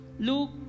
Luke